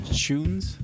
tunes